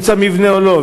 ימצא מבנה או לא.